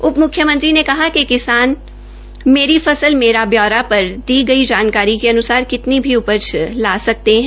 उप म्ख्यमंत्री ने कहा कि किसान मेरी फसल मेरा ब्यौरा पर दी गई जानकारी के अन्सार कितनी भी उपज ला सकते है